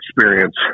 experience